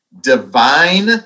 Divine